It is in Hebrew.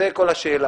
זו כל השאלה.